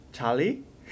Charlie